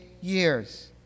years